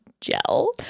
gel